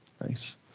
Nice